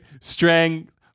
strength